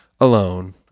alone